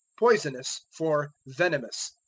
poisonous for venomous.